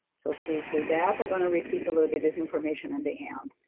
so please do that i'm going to repeat a little bit this information at the end.